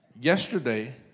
Yesterday